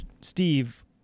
Steve